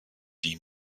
die